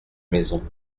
maison